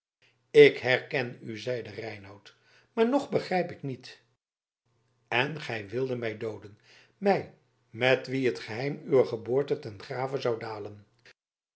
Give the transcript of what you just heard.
ik herken u zeide reinout maar nog begrijp ik niet en gij wildet mij dooden mij met wien het geheim uwer geboorte ten grave zou dalen